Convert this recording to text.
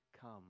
come